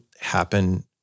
happen